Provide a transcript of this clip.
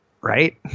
Right